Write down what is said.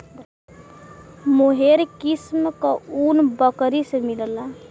मोहेर किस्म क ऊन बकरी से मिलला